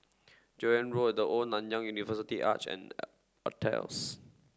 Joan Road The Old Nanyang University Arch and Altez